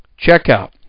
checkout